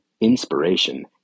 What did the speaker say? inspiration